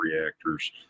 reactors